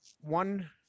One